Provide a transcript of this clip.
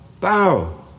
bow